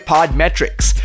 Podmetrics